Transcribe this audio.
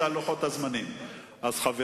לשנתיים, שלא יברחו.